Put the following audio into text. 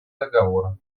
договора